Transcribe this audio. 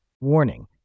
Warning